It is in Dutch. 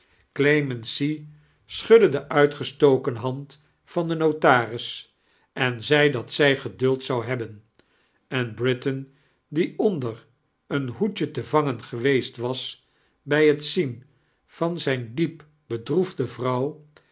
clemency schudde de uitgeistoken hand van den notaris en zei dat zif geduld zou hebben en britain die onder een hoedje te vangen geweeist was bij het zien van zijne diep bedroefde vrouw